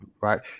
right